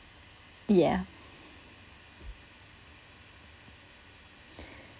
yeah